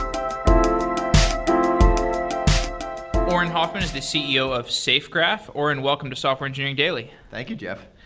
um auren hoffman is the ceo of safegraph. auren, welcome to software engineering daily thank you jeff.